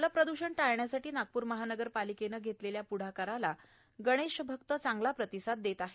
जलप्रदुषण टाळण्यासाठी नागपूर महानगरपालिकेनं घेतलेल्या पुढाकाराला गणेशभक्त चांगला प्रतिसाद देत आहेत